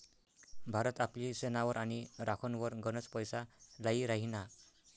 भारत आपली सेनावर आणि राखनवर गनच पैसा लाई राहिना